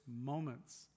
moments